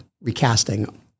recasting